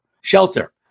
Shelter